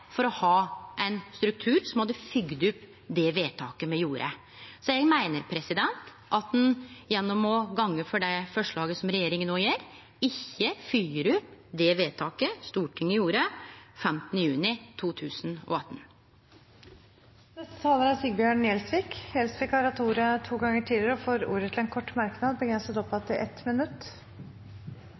for å ha ein struktur som hadde fylgt opp det vedtaket me gjorde. Så eg meiner at ein gjennom å gå for det forslaget som regjeringa no gjer, ikkje fylgjer opp det vedtaket Stortinget gjorde den 15. juni 2018. Representanten Sigbjørn Gjelsvik har hatt ordet to ganger tidligere og får ordet til en kort merknad, begrenset til 1 minutt.